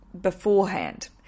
beforehand